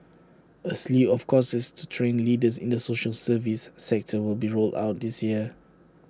A slew of courses to train leaders in the social service sector will be rolled out this year